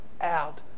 out